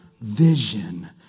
vision